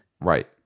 Right